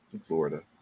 Florida